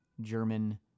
German